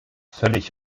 völlig